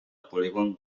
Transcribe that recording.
polígon